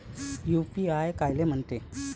UPI कायले म्हनते?